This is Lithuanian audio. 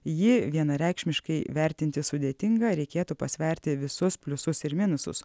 jį vienareikšmiškai vertinti sudėtinga reikėtų pasverti visus pliusus ir minusus